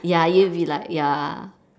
ya you'll be like ya